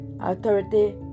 authority